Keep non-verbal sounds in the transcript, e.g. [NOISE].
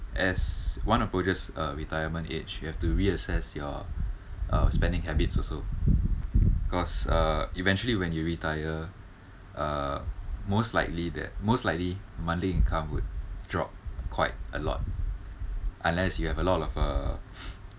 as one approaches uh retirement age you have to reassess your spending habits also cause uh eventually when you retire uh most likely that most likely monthly income would drop quite a lot unless you have a lot of uh [BREATH]